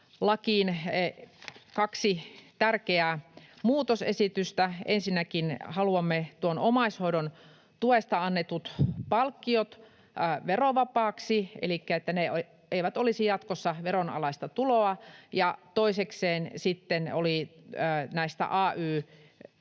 kaksi tärkeää muutosesitystä. Ensinnäkin haluamme omaishoidosta maksettavat palkkiot verovapaiksi, elikkä että ne eivät olisi jatkossa veronalaista tuloa, ja toisekseen sitten haluamme, että